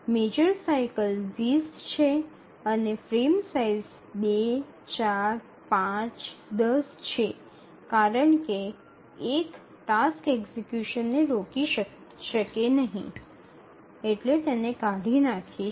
major cycle ૨0 છે અને frame size ૨ ૪ ૫ ૧0 છે કારણ કે ૧ ટાસ્ક એક્ઝેક્યુશનને રોકી શકશે નહીં એટલે તેને કાઢી નાખી છે